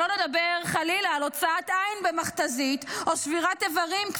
שלא לדבר חלילה על הוצאת עין במכת"זית או שבירת איברים,